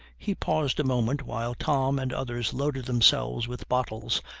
he paused a moment while tom and others loaded themselves with bottles,